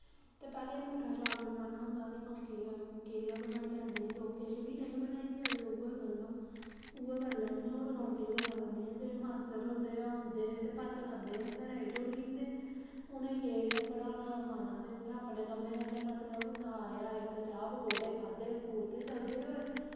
ते पैह्लें ङूठाछाप जमाना दा होंदा हा ते सगुआं केह् बनाई लैंदे हे लोग किश बी नेईं बनाई सकदे उ'ऐ गल्ल ऐ उ'ऐ गल्लां न होर केह् गल्लां करनियां उ'ऐ मास्टर ऐ ते होर औंदे हे ते भत्थ खंदे हे ते घरा गी टूरी जंदे उ'नें गी केह् ऐ उ'नें पढ़ाना लिखाना ते अपने कम्मा कन्नै मतलब होंदा आया इक चाह् पकौड़े खाद्धे स्कूल ते चलदे होए